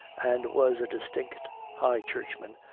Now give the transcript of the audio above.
and was a distinct high churchman,